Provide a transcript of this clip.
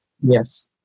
Yes